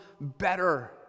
better